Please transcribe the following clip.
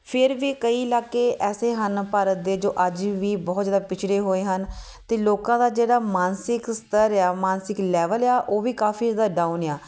ਫਿਰ ਵੀ ਕਈ ਇਲਾਕੇ ਐਸੇ ਹਨ ਭਾਰਤ ਦੇ ਜੋ ਅੱਜ ਵੀ ਬਹੁਤ ਜ਼ਿਆਦਾ ਪਿਛੜੇ ਹੋਏ ਹਨ ਅਤੇ ਲੋਕਾਂ ਦਾ ਜਿਹੜਾ ਮਾਨਸਿਕ ਸਤਰ ਹੈ ਮਾਨਸਿਕ ਲੈਵਲ ਆ ਉਹ ਵੀ ਕਾਫ਼ੀ ਜ਼ਿਆਦਾ ਡਾਊਨ ਆ